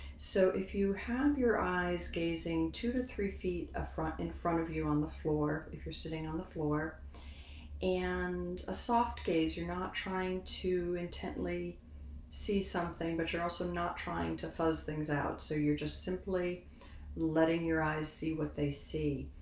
so if you have your eyes gazing two to three feet of front in front of you on the floor, if you're sitting on the floor and a soft gaze, you're not trying to intently see something, but you're also not trying to fuzz things out. so you're just simply letting your eyes see what they see.